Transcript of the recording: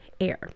air